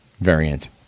variant